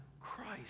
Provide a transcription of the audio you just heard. Christ